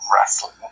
wrestling